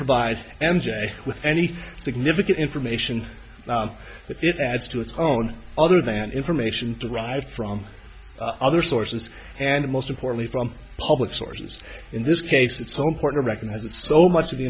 provide m j with any significant information that it adds to its own other than information derived from other sources and most importantly from public sources in this case it's important to recognize that so much of the